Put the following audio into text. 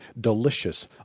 delicious